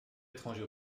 étranger